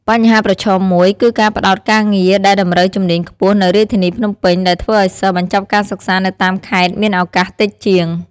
បញ្ហាប្រឈមមួយគឺការផ្តោតការងារដែលតម្រូវជំនាញខ្ពស់នៅរាជធានីភ្នំពេញ ដែលធ្វើឲ្យសិស្សបញ្ចប់ការសិក្សានៅតាមខេត្តមានឱកាសតិចជាង។